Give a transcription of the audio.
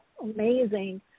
amazing